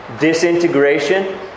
Disintegration